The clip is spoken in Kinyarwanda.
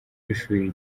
w’ishuri